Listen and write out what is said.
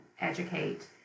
educate